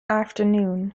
afternoon